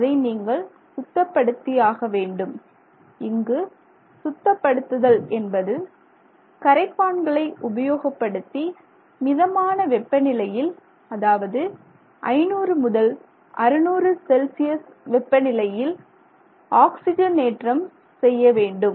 அதை நீங்கள் சுத்தப்படுத்தி ஆகவேண்டும் இங்கு சுத்தப்படுத்துதல் என்பது கரைப்பான்களை உபயோகப்படுத்தி மிதமான வெப்பநிலையில் அதாவது 500 முதல் 600 செல்சியஸ் வெப்பநிலையில் ஆக்சிஜனேற்றம் செய்ய வேண்டும்